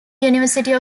university